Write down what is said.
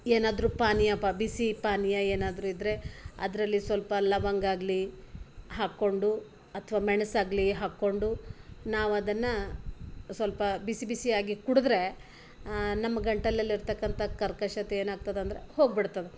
ಏನಾದರೂ ಪಾನೀಯಪ ಬಿಸಿ ಪಾನೀಯ ಏನಾದರೂ ಇದ್ದರೆ ಅದರಲ್ಲಿ ಸ್ವಲ್ಪ ಲವಂಗಾಗಲಿ ಹಾಕಿಕೊಂಡು ಅಥವಾ ಮೆಣಸಾಗಲಿ ಹಾಕಿಕೊಂಡು ನಾವದನ್ನು ಸ್ವಲ್ಪ ಬಿಸಿ ಬಿಸಿಯಾಗಿ ಕುಡಿದ್ರೆ ನಮ್ಮ ಗಂಟಲಲಿರ್ತಕ್ಕಂಥ ಕರ್ಕಶತೆ ಏನಾಗ್ತದಂದ್ರೆ ಹೋಗಿಬಿಡ್ತದ